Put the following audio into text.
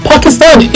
Pakistan